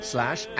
Slash